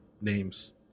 names